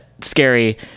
scary